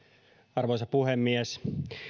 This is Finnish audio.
arvoisa puhemies